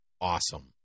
awesome